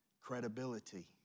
Credibility